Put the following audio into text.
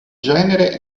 genere